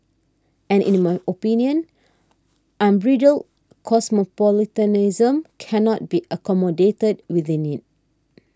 and in my opinion unbridled cosmopolitanism cannot be accommodated within it